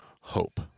hope